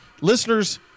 listeners